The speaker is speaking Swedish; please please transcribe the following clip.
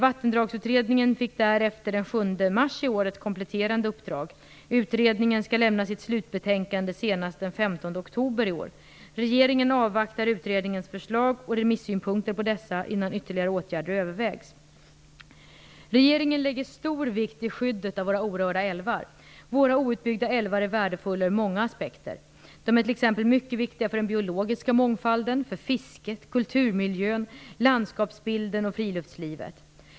Vattendragsutredningen fick därefter, den 7 mars i år, ett kompletterande uppdrag. Utredningen skall lämna sitt slutbetänkande senast den 15 oktober i år. Regeringen avvaktar utredningens förslag och remissynpunkter på dessa innan ytterligare åtgärder övervägs. Regeringen lägger stor vikt vid skyddet av våra orörda älvar. Våra outbyggda älvar är värdefulla ur många aspekter. De är t.ex. mycket viktiga för den biologiska mångfalden, för fisket, kulturmiljön, landskapsbilden och friluftslivet.